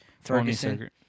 Ferguson